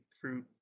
fruit